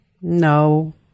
no